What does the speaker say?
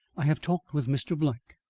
i have talked with mr. black.